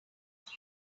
last